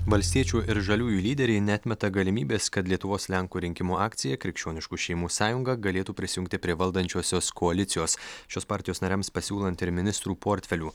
valstiečių ir žaliųjų lyderiai neatmeta galimybės kad lietuvos lenkų rinkimų akcija krikščioniškų šeimų sąjunga galėtų prisijungti prie valdančiosios koalicijos šios partijos nariams pasiūlant ir ministrų portfelių